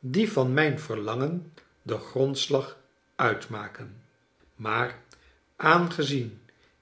die van mijn verlangen den grondslag uitmaken maar aangezien